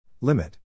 Limit